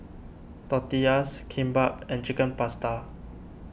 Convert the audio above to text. Tortillas Kimbap and Chicken Pasta